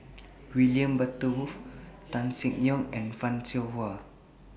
William Butterworth Tan Seng Yong and fan Shao Hua